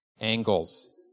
angles